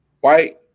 white